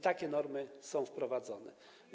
Takie normy są wprowadzone.